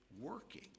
working